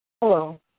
Hello